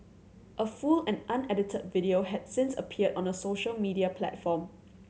a full and unedited video had since appeared on a social media platform